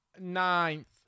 ninth